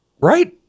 Right